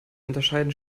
unterscheiden